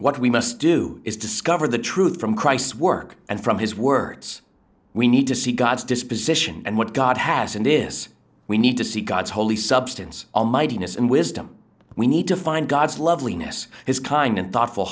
what we must do is discover the truth from christ's work and from his words we need to see god's disposition and what god has and this we need to see god's holy substance almightiness and wisdom we need to find god's loveliness his kind and thoughtful